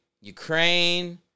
Ukraine